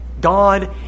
God